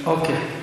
כן.